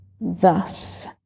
thus